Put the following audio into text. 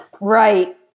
Right